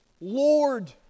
Lord